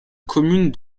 commune